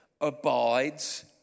abides